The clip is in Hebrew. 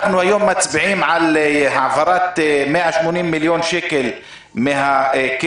אנחנו היום מצביעים על העברת 180 מיליון שקל מקרן